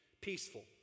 Peaceful